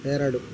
ಎರಡು